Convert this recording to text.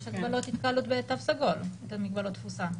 יש מגבלות התקהלות בתו סגול, את המגבלות תפוסה.